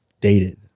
dated